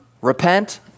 repent